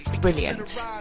brilliant